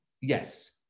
yes